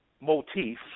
motif